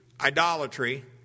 idolatry